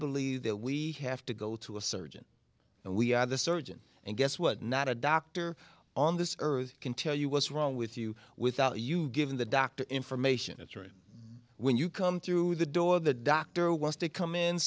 believe that we have to go to a surgeon and we are the surgeon and guess what not a doctor on this earth can tell you what's wrong with you without you giving the doctor information it's really when you come through the door the doctor wants to come in